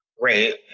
great